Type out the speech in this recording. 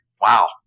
wow